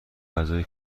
غذای